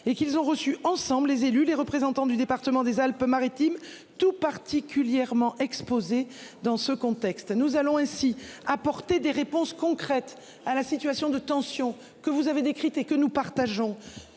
et qu'ils ont reçu ensemble les élus, les représentants du département des Alpes-Maritimes tout particulièrement exposés dans ce contexte, nous allons ainsi. Apporter des réponses concrètes à la situation de tension que vous avez décrite et que nous partageons